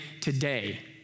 today